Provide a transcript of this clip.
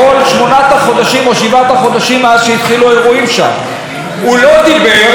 הוא לא דיבר על חייל צה"ל שנהרג ועל ארבעה